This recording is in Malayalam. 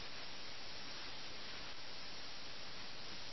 ഇപ്പോൾ അവർ അബദ്ധത്തിൽ പോലും വീട്ടിൽ നിൽക്കില്ല